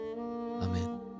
Amen